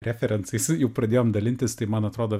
referencais jau pradėjom dalintis tai man atrodo